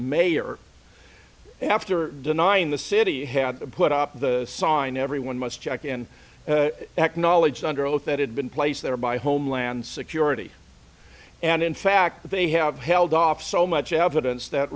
mayor after denying the city had to put up the sign everyone must check and acknowledge under oath that had been placed there by homeland security and in fact they have held off so much evidence that